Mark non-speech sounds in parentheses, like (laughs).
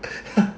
(laughs)